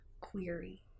query